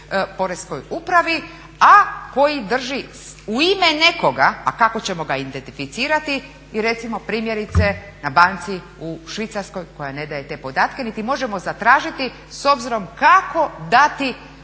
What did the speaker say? Poreznoj upravi, a koji drži u ime nekoga, a kako ćemo ga identificirati i recimo primjerice na banci u Švicarskoj koja ne daje te podatke niti možemo zatražiti s obzirom kako dati